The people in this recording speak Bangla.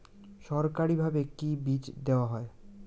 সরকারিভাবে কি বীজ দেওয়া হয়?